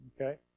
okay